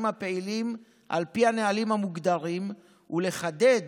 הפעילים על פי הנהלים המוגדרים ולחדד